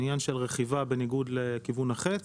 העניין של רכיבה בניגוד לכיוון החץ